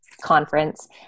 conference